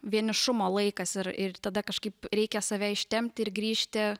vienišumo laikas ir ir tada kažkaip reikia save ištempti ir grįžti